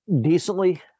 decently